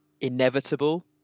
inevitable